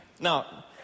Now